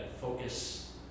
focus